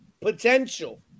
potential